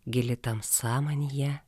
gili tamsa manyje